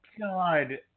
god